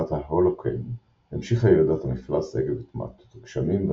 בתקופת ההולוקן המשיכה ירידת המפלס עקב התמעטות הגשמים,